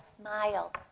smile